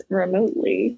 remotely